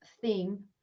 theme